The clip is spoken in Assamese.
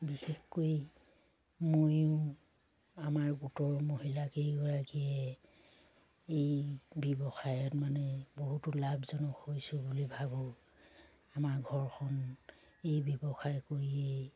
বিশেষকৈ ময়ো আমাৰ গোটৰ মহিলাকেইগৰাকীয়ে এই ব্যৱসায়ত মানে বহুতো লাভজনক হৈছোঁ বুলি ভাবোঁ আমাৰ ঘৰখন এই ব্যৱসায় কৰিয়েই